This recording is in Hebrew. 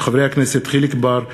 של חברי הכנסת יחיאל חיליק בר,